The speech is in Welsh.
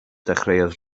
dechreuodd